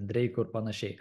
dreiku ir panašiai